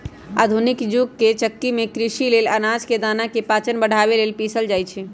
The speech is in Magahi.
आधुनिक जुग के चक्की में कृषि लेल अनाज के दना के पाचन बढ़ाबे लेल पिसल जाई छै